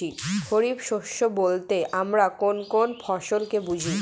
খরিফ শস্য বলতে আমরা কোন কোন ফসল কে বুঝি?